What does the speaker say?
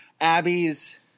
Abby's